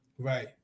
Right